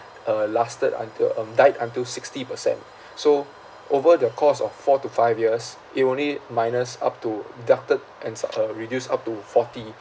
uh lasted until um died until sixty percent so over the course of four to five years it only minus up to deducted ands uh reduce up to forty